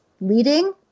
leading